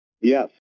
yes